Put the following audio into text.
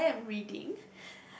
I am reading